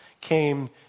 came